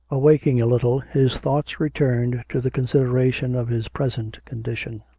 awaking a little, his thoughts returned to the consideration of his present condition.